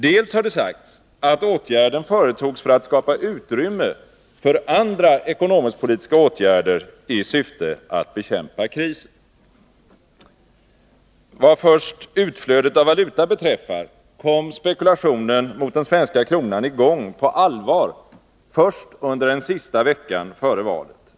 Dels har det sagts, att åtgärden företogs för att skapa utrymme för andra ekonomisk-politiska åtgärder i syfte att bekämpa krisen. Vad först utflödet av valuta beträffar, kom spekulationen mot den svenska kronan i gång på allvar först under den sista veckan före valet.